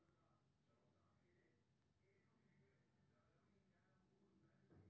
कश्मीरी ऊन कश्मीरी बकरी आ पश्मीना बकरी सं भेटै छै